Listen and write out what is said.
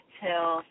till